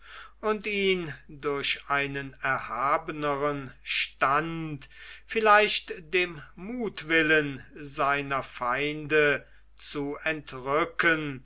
und ihn durch einen erhabeneren stand vielleicht dem muthwillen seiner feinde zu entrücken